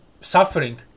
suffering